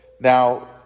Now